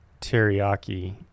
teriyaki